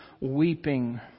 weeping